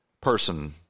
person